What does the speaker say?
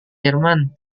jerman